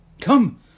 come